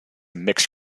mixed